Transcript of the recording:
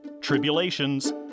tribulations